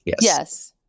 Yes